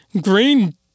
green